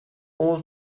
all